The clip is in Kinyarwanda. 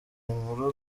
nkuru